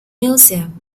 museum